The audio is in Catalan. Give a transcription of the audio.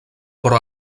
però